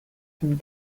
from